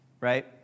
right